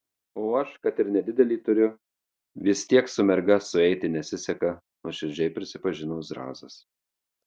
o aš kad ir nedidelį turiu vis tiek su merga sueiti nesiseka nuoširdžiai prisipažino zrazas